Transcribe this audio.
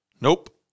Nope